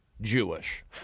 jewish